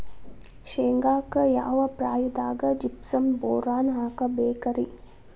ಶೇಂಗಾಕ್ಕ ಯಾವ ಪ್ರಾಯದಾಗ ಜಿಪ್ಸಂ ಬೋರಾನ್ ಹಾಕಬೇಕ ರಿ?